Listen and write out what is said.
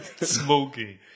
smoking